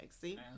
See